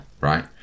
right